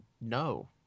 No